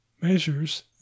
Measures